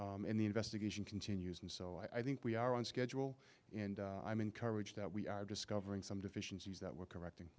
and the investigation continues and so i think we are on schedule and i'm encouraged that we are discovering some deficiencies that were correcting